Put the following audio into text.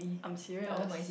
I'm serious